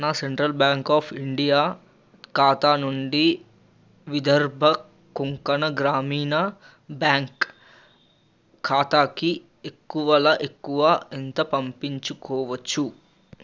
నా central bank of India ఖాతా నుండి విదర్భ కొంకణ గ్రామీణ బ్యాంక్ ఖాతాకి ఎక్కువలో ఎక్కువ ఎంత పంపించుకోవచ్చు